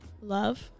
Love